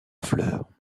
fleur